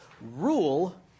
rule